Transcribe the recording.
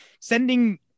sending